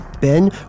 Ben